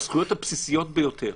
בזכויות הבסיסיות ביותר,